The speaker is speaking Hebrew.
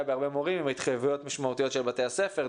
בהרבה מאוד מורים עם התחייבויות משמעותיות של בתי הספר.